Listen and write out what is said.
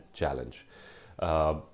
challenge